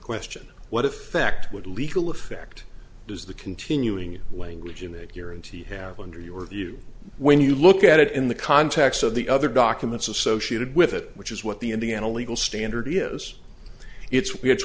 question what effect would legal effect does the continuing language in that you're in t have under your view when you look at it in the context of the other documents associated with it which is what the indiana legal standard is it's